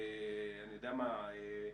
אני יודע מה,